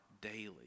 daily